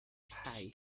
hay